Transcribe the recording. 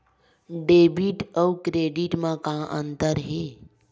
Debit अउ credit म का अंतर हे?